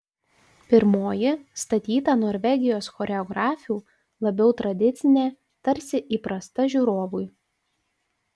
pirmoji statyta norvegijos choreografių labiau tradicinė tarsi įprasta žiūrovui